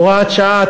הוראת שעה),